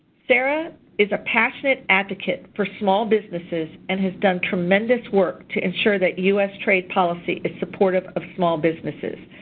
sarah is a passionate advocate for small businesses and has done tremendous work to ensure that u s. trade policy is supportive of small businesses.